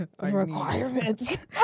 requirements